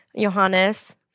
Johannes